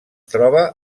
troba